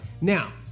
Now